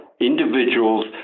individuals